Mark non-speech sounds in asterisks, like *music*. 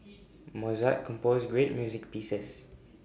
*noise* Mozart composed great music pieces